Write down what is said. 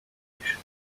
location